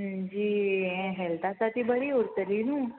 जी हें हेल्थ आसा ती बरी उरतली न्हू